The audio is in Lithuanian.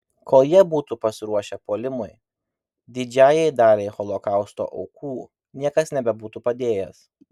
kol jie būtų pasiruošę puolimui didžiajai daliai holokausto aukų niekas nebebūtų padėjęs